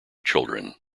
children